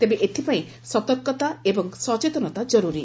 ତେବେ ଏଥିପାଇଁ ସତର୍କତା ଏବଂ ସଚେତନତା କର୍ରରୀ